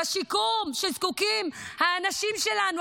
בשיקום שלו זקוקים האנשים שלנו,